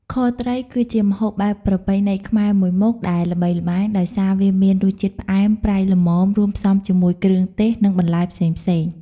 ខត្រី គឺជាម្ហូបបែបប្រពៃណីខ្មែរមួយមុខដែលល្បីល្បាញដោយសារ វាមានរសជាតិផ្អែម ប្រៃល្មម រួមផ្សំជាមួយគ្រឿងទេស និងបន្លែផ្សេងៗ។